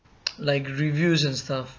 like reviews and stuff